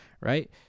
Right